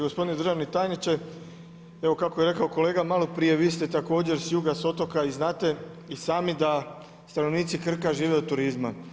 Gospodine državni tajniče, evo kako je rekao kolega maloprije, vi ste također s juga, s otoka i znate i sami da stanovnici Krka žive od turizma.